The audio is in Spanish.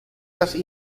las